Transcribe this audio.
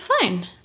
fine